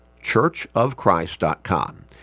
churchofchrist.com